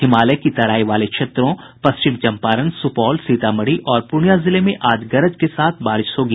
हिमालय की तराई वाले क्षेत्रों पश्चिम चम्पारण सुपौल सीतामढ़ी और पूर्णियां जिले में आज गरज के साथ बारिश होगी